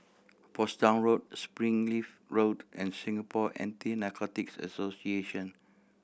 Portsdown Road Springleaf Road and Singapore Anti Narcotics Association